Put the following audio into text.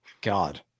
God